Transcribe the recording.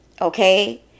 okay